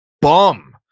bum